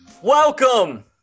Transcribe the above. welcome